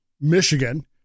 Michigan